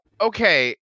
okay